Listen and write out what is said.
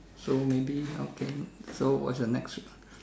so maybe okay so what's your next